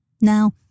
Now